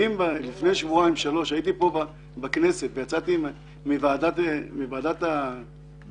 לפני שבועיים הייתי בכנסת ויצאתי מוועדת העבודה